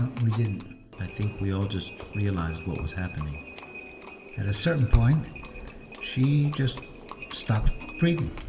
we didn't i think we all just realized what was happening at a certain point she just stopped breathing.